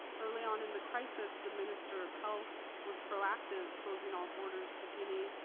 early on in the crisis, the minister of health was proactive, closing all borders to guinea,